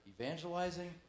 evangelizing